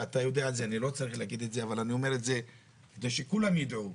ואני רוצה שכולם ידעו: